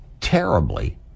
terribly